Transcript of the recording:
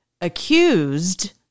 accused